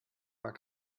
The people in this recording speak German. war